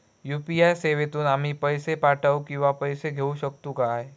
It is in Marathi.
यू.पी.आय सेवेतून आम्ही पैसे पाठव किंवा पैसे घेऊ शकतू काय?